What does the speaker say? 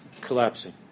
collapsing